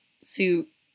suit